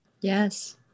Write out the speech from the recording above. Yes